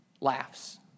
laughs